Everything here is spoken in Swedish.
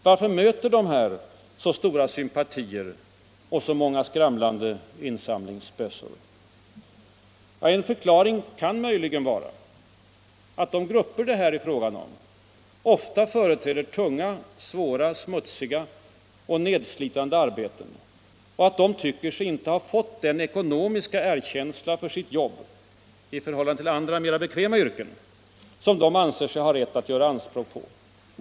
Varför möter de här grupperna så stora sympatier och så många skramlande insamlingsbössor? En förklaring kan möjligen vara att de grupper det här är fråga om ofta företräder tunga, svåra, smutsiga och nedslitande arbeten och att de tycker sig inte ha fått den ekonomiska erkänsla för sitt jobb — i förhållande till andra mera bekväma yrken — som de anser sig ha rätt att göra anspråk på.